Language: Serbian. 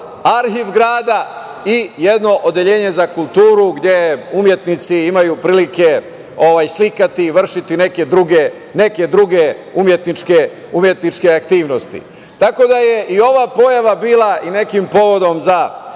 arhiv grada i jedno odeljenje za kulturu gde umetnici imaju prilike da slikaju i vrše neke druge umetničke aktivnosti. Tako da je i ova pojava bila nekim povodom za